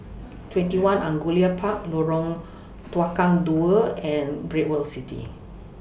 TwentyOne Angullia Park Lorong Tukang Dua and Great World City